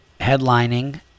headlining